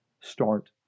start